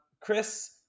Chris